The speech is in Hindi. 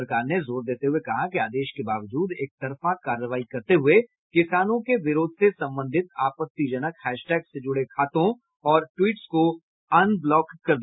सरकार ने जोर देते हुए कहा कि आदेश के बावजूद एकतरफा कार्रवाई करते हुए किसानों के विरोध से संबंधित आपत्तिजनक हैशटैग से जुड़े खातों और ट्वीट्स को अनब्लॉक कर दिया